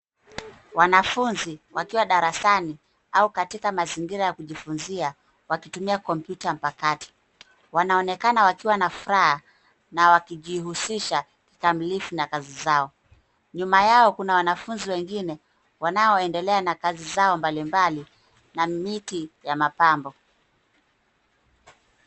Wanafunzi wakiwa darasani au katika mazingira ya kujifunzia wakitumia kompyuta mpakato. Wanaonekana wakiwa na furaha na wakijihusisha kikamilifu na kazi zao. Nyuma yao kuna wanafunzi wengine wanaoendelea na kazi zao mbalimbali na miti ya mapambo.